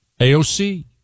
AOC